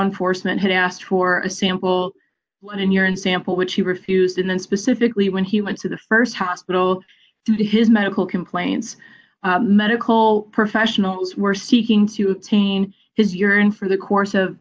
enforcement had asked for a sample and urine sample which he refused and then specifically when he went to the st hospital due to his medical complaints medical professionals were seeking to obtain his urine for the course of